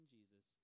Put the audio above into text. Jesus